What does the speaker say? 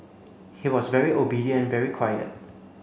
he was very obedient very quiet